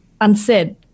unsaid